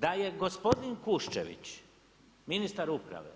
Da je gospodin Kuščević, ministar uprave,